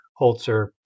Holzer